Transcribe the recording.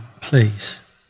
please